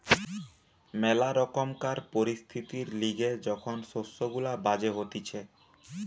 ম্যালা রকমকার পরিস্থিতির লিগে যখন শস্য গুলা বাজে হতিছে